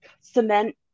cement